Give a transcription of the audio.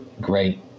great